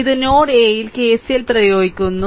ഇത് node a യിൽ KCL പ്രയോഗിക്കുന്നു